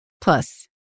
Plus